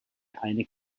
eine